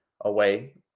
away